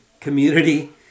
community